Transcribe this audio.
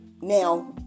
Now